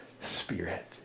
spirit